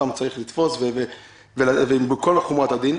צריך לתפוס ולהעניש בכל חומרת הדין.